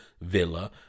Villa